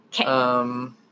Okay